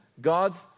God's